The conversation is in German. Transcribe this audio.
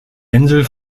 insel